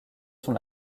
sont